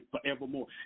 forevermore